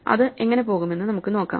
അത് എങ്ങനെ പോകുമെന്ന് നമുക്ക് നോക്കാം